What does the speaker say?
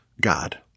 God